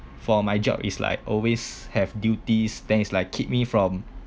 for my job is like always have duties then is like keep me from